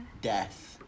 death